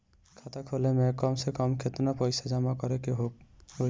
खाता खोले में कम से कम केतना पइसा जमा करे के होई?